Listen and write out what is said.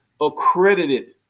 accredited